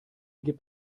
gibt